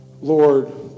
Lord